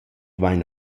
vain